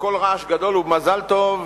בקול רעש גדול ובמזל טוב,